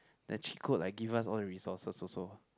the cheat code like give us all the resources also